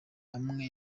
amwe